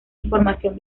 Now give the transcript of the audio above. información